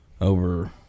over